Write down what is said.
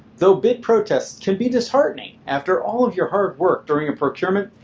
though bid protests can be disheartening after all of your hard work during a procurement,